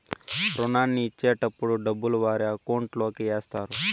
రుణాన్ని ఇచ్చేటటప్పుడు డబ్బులు వారి అకౌంట్ లోకి ఎత్తారు